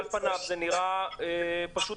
על פניו זה נראה כהתעללות.